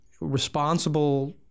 responsible